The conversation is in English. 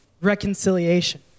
reconciliation